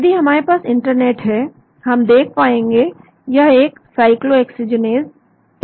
यदि हमारे पास यहां इंटरनेट है हम देख पाएंगे यह एक साइक्लोऑक्सीजनेस 2 है